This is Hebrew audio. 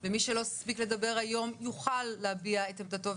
ומי שלא הספיק לדבר היום, יוכל להביע את עמדתו.